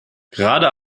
gerade